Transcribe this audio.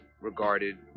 regarded